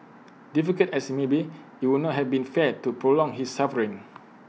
difficult as IT may be IT would not have been fair to prolong his suffering